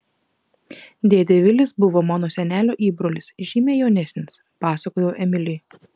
dėdė vilis buvo mano senelio įbrolis žymiai jaunesnis pasakojau emiliui